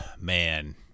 man